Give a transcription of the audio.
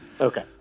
Okay